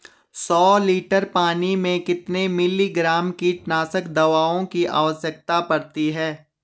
सौ लीटर पानी में कितने मिलीग्राम कीटनाशक दवाओं की आवश्यकता पड़ती है?